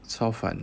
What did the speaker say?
超烦